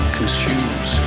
Consumes